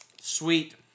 sweet